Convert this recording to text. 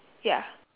ya